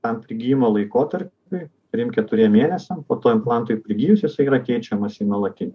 tam prigijimo laikotarpiui trim keturiem mėnesiam po to implantui prigijus jisai yra keičiamas į nuolatinį